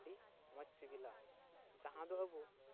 ᱟᱹᱰᱤ ᱢᱚᱡᱽ ᱥᱤᱵᱤᱞᱟ ᱡᱟᱦᱟᱸ ᱫᱚ ᱟᱵᱚ